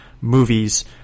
movies